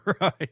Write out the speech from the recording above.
Right